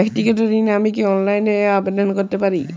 ব্যাক্তিগত ঋণ আমি কি অনলাইন এ আবেদন করতে পারি?